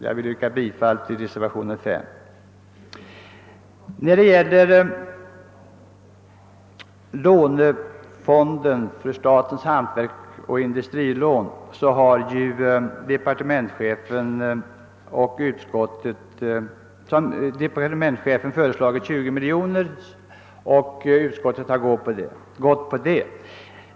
Jag yrkar bifall till reservationen 5 av herr Boh Statens hantverksoch industrilånefond föreslås av departementschefen få 20 miljoner kronor, och utskottet har följt hans linje.